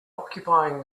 occupying